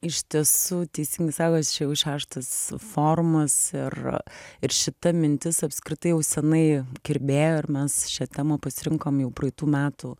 iš tiesų teisingai sakot čia jau šeštas forumas ir ir šita mintis apskritai jau senai kirbėjo ir mes šią temą pasirinkom jau praeitų metų